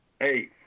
Hey